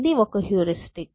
ఇది ఒక హ్యూరిస్టిక్